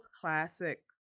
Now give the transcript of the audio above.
classic